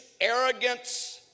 arrogance